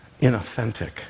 inauthentic